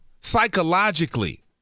psychologically